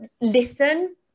listen